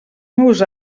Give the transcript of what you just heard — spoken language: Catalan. meus